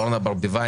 אורנה ברביבאי,